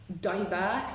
diverse